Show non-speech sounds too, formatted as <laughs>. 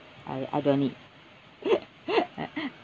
I I don't need <laughs>